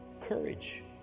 Courage